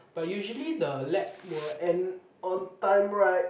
but usually the lab will end on time right